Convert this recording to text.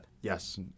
Yes